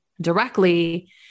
directly